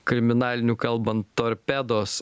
kriminaliniu kalbant torpedos